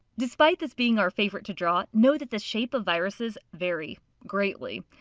despite this being our favorite to draw, know that the shape of viruses vary. greatly.